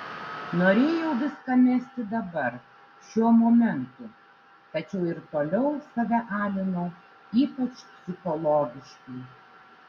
norėjau viską mesti dabar šiuo momentu tačiau ir toliau save alinau ypač psichologiškai